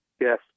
Yes